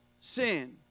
sin